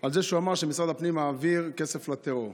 על כך שהוא אמר שמשרד הפנים מעביר כסף לטרור.